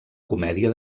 comèdia